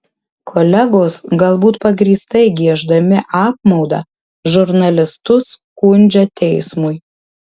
kolegos galbūt pagrįstai gieždami apmaudą žurnalistus skundžia teismui